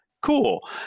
cool